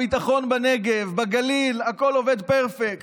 הביטחון בנגב, בגליל, הכול עובד פרפקט.